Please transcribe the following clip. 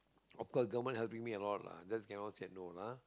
of course government helping me a lot lah just cannot say no lah ah